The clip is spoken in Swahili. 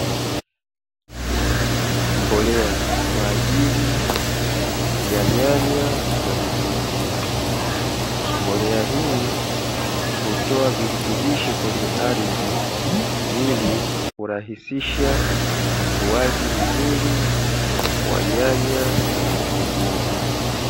Mbolea kwa ajili ya nyanya na vitunguu, mbolea hii utoa virutubisho kwenye ardhi, ili kurahisisha ukuaji mzuri wa nyanya na vitunguu.